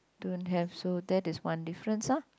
don't have so that is one difference ah